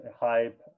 hype